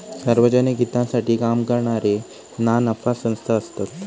सार्वजनिक हितासाठी काम करणारे ना नफा संस्था असतत